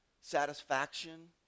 satisfaction